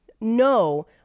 no